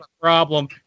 problem